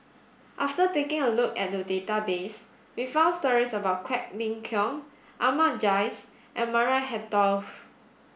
after taking a look at database we found stories about Quek Ling Kiong Ahmad Jais and Maria Hertogh